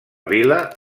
vila